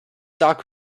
dog